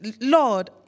Lord